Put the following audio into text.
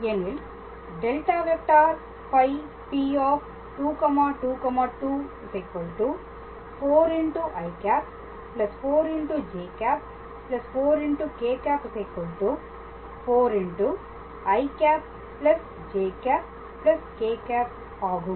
எனில் ∇⃗φP222 4î 4j ̂ 4k̂ 4î j ̂ k̂ ஆகும்